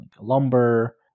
lumber